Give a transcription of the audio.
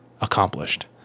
accomplished